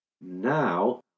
now